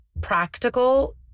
practical